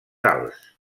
alts